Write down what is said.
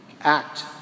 act